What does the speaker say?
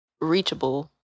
Reachable